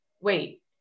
wait